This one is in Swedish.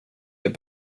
det